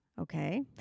Okay